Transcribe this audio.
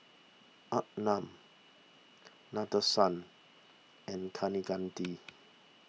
Arnab Nadesan and Kaneganti